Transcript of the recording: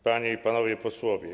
Panie i Panowie Posłowie!